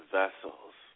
vessels